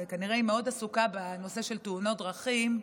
כנראה היא מאוד עסוקה בנושא של תאונות דרכים,